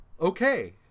Okay